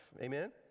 Amen